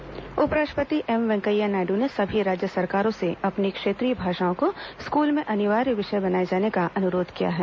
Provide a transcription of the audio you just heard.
नायडू भाषा उपराष्ट्रपति एम वेंकैया नायडू ने सभी राज्य सरकारों से अपनी क्षेत्रीय भाषाओं को स्कूल में अनिवार्य विषय बनाए जाने का अनुरोध किया है